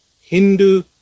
hindu